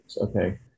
Okay